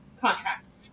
contract